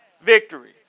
victory